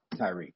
Tyreek